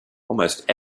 almost